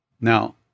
Now